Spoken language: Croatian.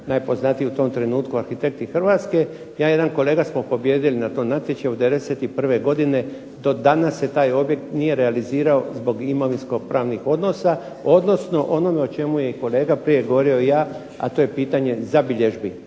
najpoznatiji u tom trenutku arhitekti Hrvatske, ja i jedan kolega smo pobijedili na tom natječaju '91. godine, do danas se taj objekt nije realizirao zbog imovinsko-pravnih odnosa, odnosno onome o čemu je i kolega prije govorio i ja, a to je pitanje zabilježbi